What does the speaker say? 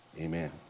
Amen